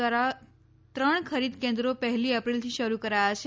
દ્વારા ત્રણ ખરીદ કેન્દ્રો પહેલી એપ્રિલથી શરૂ કરાયા છે